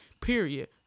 period